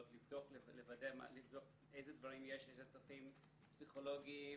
לבדוק איזה צרכים פסיכולוגיים,